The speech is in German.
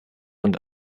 und